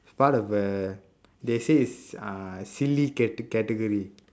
part of a they say it's uh silly cate~ category